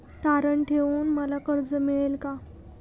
तारण ठेवून मला कर्ज मिळेल का?